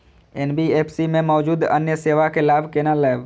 NBFC में मौजूद अन्य सेवा के लाभ केना लैब?